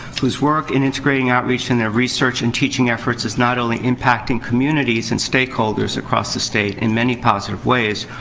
whose work in integrating outreach in their research and teaching efforts is not only impacting communities and stakeholders across the state in many positive ways,